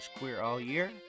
queerallyear